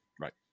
Right